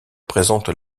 présentent